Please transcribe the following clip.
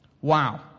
Wow